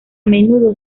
menudo